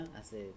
hace